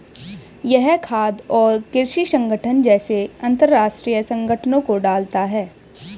यह खाद्य और कृषि संगठन जैसे अंतरराष्ट्रीय संगठनों को डालता है